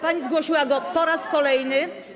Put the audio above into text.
pani zgłosiła go po raz kolejny.